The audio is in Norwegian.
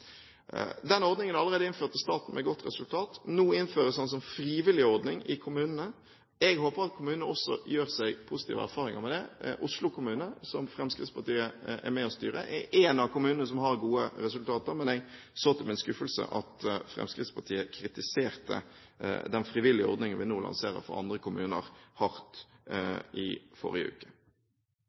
Denne ordningen er allerede innført i staten, med godt resultat. Nå innføres den som frivillig ordning i kommunene, og jeg håper at kommunene også gjør seg positive erfaringer med dette. Oslo kommune, som Fremskrittspartiet er med og styrer, er en av kommunene som har gode resultater, men jeg så til min skuffelse at Fremskrittspartiet kritiserte den frivillige ordningen – som vi nå lanserer for andre kommuner – hardt i forrige uke.